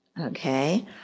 Okay